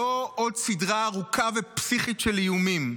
לא עוד סדרה ארוכה ופסיכית של איומים.